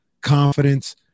confidence